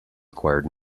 acquired